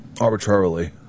arbitrarily